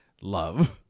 love